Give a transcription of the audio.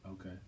Okay